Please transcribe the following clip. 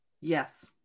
Yes